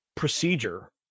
procedure